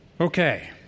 Okay